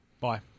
bye